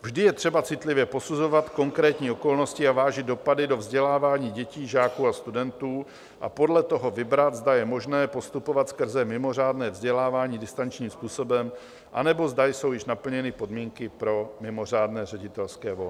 Vždy je třeba citlivě posuzovat konkrétní okolnosti a vážit dopady do vzdělávání dětí, žáků a studentů a podle toho vybrat, zda je možné postupovat skrze mimořádné vzdělávání distančním způsobem, anebo zda jsou již naplněny podmínky pro mimořádné ředitelské volno.